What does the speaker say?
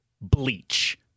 bleach